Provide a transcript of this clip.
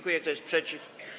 Kto jest przeciw?